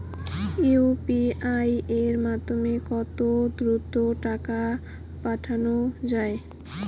UPI এর মাধ্যমে কত দ্রুত টাকা পাঠানো যায়?